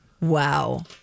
Wow